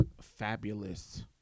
fabulous